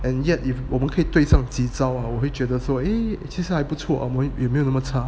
and yet if 我们可以对上几招我会觉得说诶其实还不错没有那么差